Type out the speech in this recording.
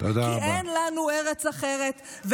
כי אין לנו ארץ אחרת,